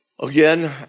Again